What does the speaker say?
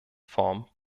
form